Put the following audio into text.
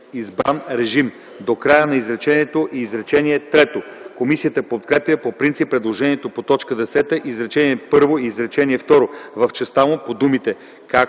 избран режим” до края на изречението и изречение трето. Комисията подкрепя по принцип предложението по т. 10, изречение първо и изречение второ, в частта му до думите